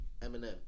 Eminem